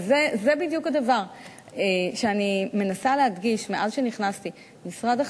וזה בדיוק הדבר שאני מנסה להדגיש מאז שנכנסתי למשרד.